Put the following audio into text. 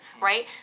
right